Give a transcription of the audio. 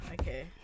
okay